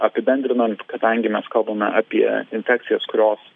apibendrinant kadangi mes kalbame apie infekcijas kurios